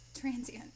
transient